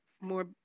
more